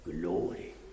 glory